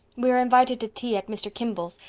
we are invited to tea at mr. kimball's,